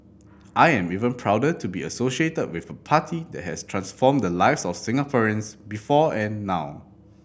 I am even prouder to be associated with a party that has transformed the lives of Singaporeans before and now